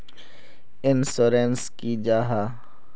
Insurance की जाहा?